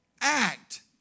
Act